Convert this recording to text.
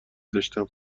داشتم